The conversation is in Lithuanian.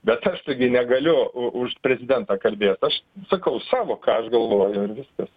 bet aš taigi negaliu už prezidentą kalbėt aš sakau savo ką aš galvoju ir viskas